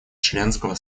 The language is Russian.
членского